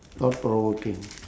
thought provoking